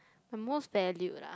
my most valued ah